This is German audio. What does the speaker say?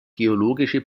geologische